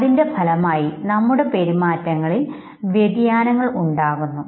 അതിൻറെ ഫലമായി നമ്മുടെ പെരുമാറ്റങ്ങളിൽ വ്യതിയാനങ്ങൾ ഉണ്ടാകുന്നു